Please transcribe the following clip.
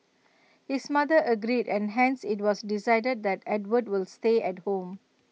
his mother agreed and hence IT was decided that Edward will stay at home